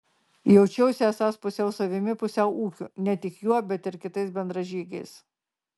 jaučiausi esąs pusiau savimi pusiau ūkiu ne tik juo bet ir kitais bendražygiais